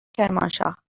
کرمانشاه